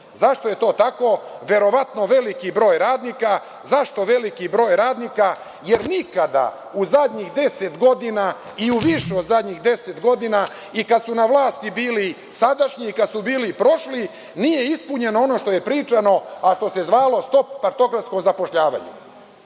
Zašto je to tako? Verovatno veliki broj radnika. Zašto veliki broj radnika? Jer nikada i u zadnjih 10 godina i u više od zadnjih 10 godina, i kada su na vlasti bili sadašnji i kada su bili prošli nije ispunjeno ono što je pričano, a što se zvalo stop partokratskom zapošljavanju.U